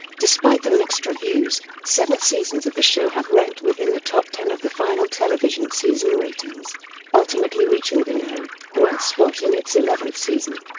despite the mixed reviews, seven seasons of the show have ranked within the top ten of the final television season ratings ultimately reaching the no. one ah spot in its eleventh season.